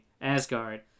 asgard